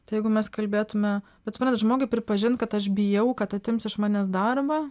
tai jeigu mes kalbėtume bet suprantat žmogui pripažint kad aš bijau kad atims iš manęs darbą